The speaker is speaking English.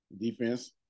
Defense